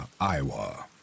Iowa